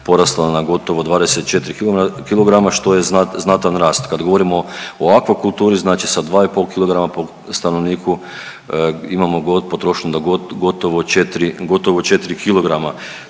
porasla na gotovo 24 kg, što je znatan rast. Kad govorimo o akvakulturi znači sa 2,5 kg po stanovniku imamo potrošnju gotovo 4,